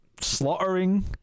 Slaughtering